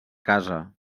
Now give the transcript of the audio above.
casa